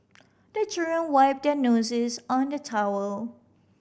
the wipe their noses on the towel